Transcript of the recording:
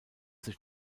sich